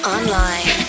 Online